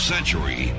century